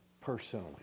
personally